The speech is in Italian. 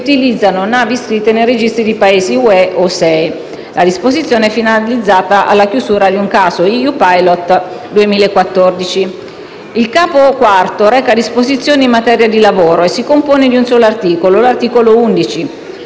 utilizzano navi iscritte in registri di Paesi UE o SEE. La disposizione è finalizzata alla chiusura del caso EU-Pilot n. 7060 del 2014. Il Capo IV reca disposizioni in materia di lavoro e si compone di un solo articolo. L'articolo 11